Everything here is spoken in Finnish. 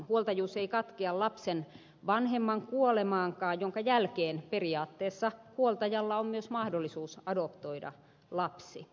huoltajuus ei katkea lapsen vanhemman kuolemaankaan jonka jälkeen periaatteessa huoltajalla on myös mahdollisuus adoptoida lapsi